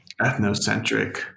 ethnocentric